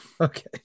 Okay